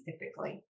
typically